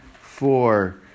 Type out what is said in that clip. four